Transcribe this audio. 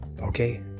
okay